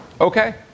okay